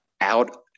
out